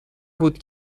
بود